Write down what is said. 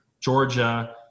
Georgia